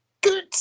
Good